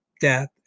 death